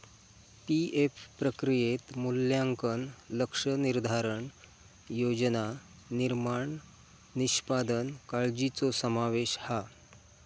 PF प्रक्रियेत मूल्यांकन, लक्ष्य निर्धारण, योजना निर्माण, निष्पादन काळ्जीचो समावेश हा